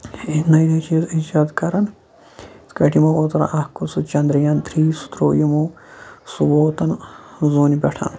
نٔے نٔے چیٖز ایجاد کَران یِتھ کٲٹھۍ یِمو اوترٕ اَکھ کوٚر سُہ چَنٛدریان تھرٛی سُہ ترٛوو یِمو سُہ ووت زوٗنہِ پٮ۪ٹھ